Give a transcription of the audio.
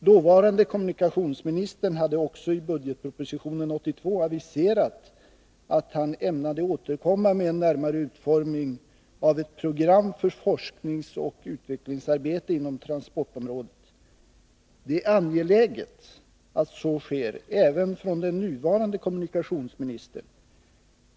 Dåvarande kommunikationsministern aviserade också i budgetpropositionen 1982 att han ämnade återkomma med en närmare utformning av ett program för forskningsoch utvecklingsarbetet inom transportområdet. Det är angeläget att så sker — det gäller även den nuvarande kommunikationsministern.